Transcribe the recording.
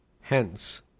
Hence